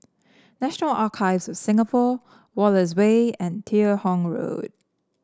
National Archives of Singapore Wallace Way and Teo Hong Road